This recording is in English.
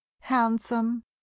handsome